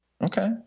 Okay